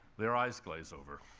their eyes glaze over.